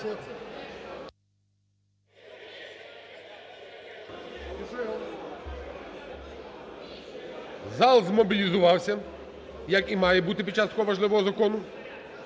Залзмобілізувався, як і має бути під час такого важливого закону.